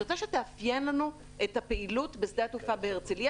אני רוצה שתאפיין לנו את הפעילות בשדה התעופה בהרצליה